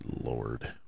Lord